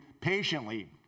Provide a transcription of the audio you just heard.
patiently